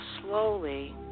slowly